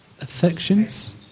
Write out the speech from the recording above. affections